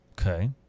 Okay